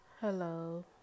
hello